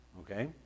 okay